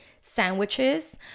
sandwiches